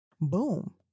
Boom